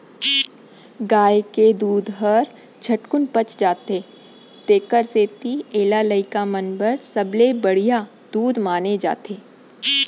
गाय के दूद हर झटकुन पच जाथे तेकर सेती एला लइका मन बर सबले बड़िहा दूद माने जाथे